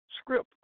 script